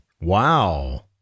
Wow